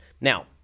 now